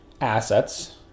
assets